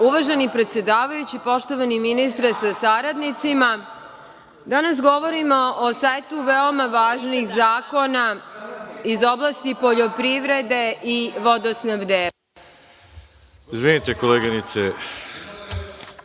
Uvaženi predsedavajući, poštovani ministre sa saradnicima, danas govorimo o setu veoma važnih zakona iz oblasti poljoprivrede i vodosnabdevanja.